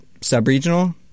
sub-regional